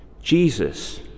Jesus